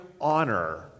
honor